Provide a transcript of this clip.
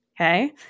Okay